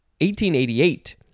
1888